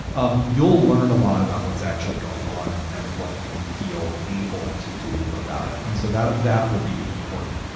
um you'll learn a lot about what's actually going on and and what you feel able to do about it. and so that that will be important.